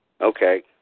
Okay